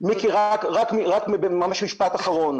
משפט אחרון.